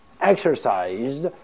exercised